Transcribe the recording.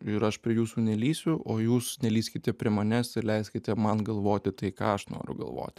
ir aš prie jūsų nelįsiu o jūs nelįskite prie manęs ir leiskite man galvoti tai ką aš noriu galvoti